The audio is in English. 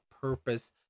purpose